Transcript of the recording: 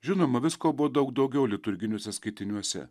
žinoma visko buvo daug daugiau liturginiuose skaitiniuose